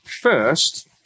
first